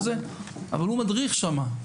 אבל הוא מדריך שם.